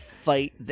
fight